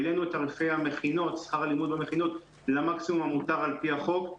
העלינו את תעריפי שכר הלימוד במכינות למקסימום המותר על פי החוק,